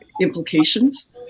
implications